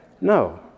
No